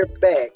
back